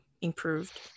improved